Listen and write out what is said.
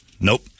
Nope